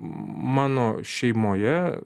mano šeimoje